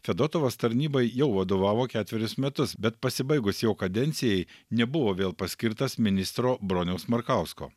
fedotovas tarnybai jau vadovavo ketverius metus bet pasibaigus jo kadencijai nebuvo vėl paskirtas ministro broniaus markausko